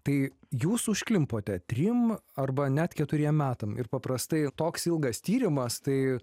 tai jūs užklimpote trim arba net keturiem metam ir paprastai toks ilgas tyrimas tai